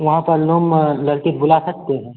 वहाँ पर लूम अ लड़की को बुला सकते हैं